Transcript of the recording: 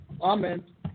amen